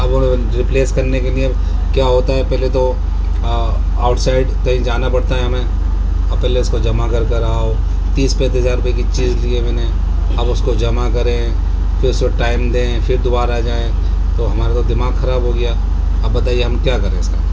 اب ریپلیس کرنے کے لیے کیا ہوتا ہے پہلے تو آؤٹسائڈ کہیں جانا پڑتا ہے ہمیں اب پہلے اس کو جمع کر کر آؤ تیس پینتس ہزار روپئے کی چیز لی ہے میں نے اب اس کو جمع کریں پھر اس کو ٹائم دیں پھر دوبارہ جائیں تو ہمارا تو دماغ خراب ہو گیا اب بتائیے ہم کیا کریں اس کا